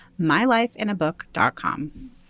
mylifeinabook.com